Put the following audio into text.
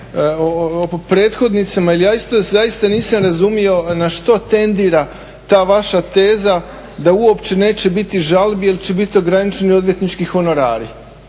prethodnicima jer ja isto zaista nisam razumio na što tendira ta vaša teza da uopće neće biti žalbi jer će biti ograničeni odvjetnički honorari.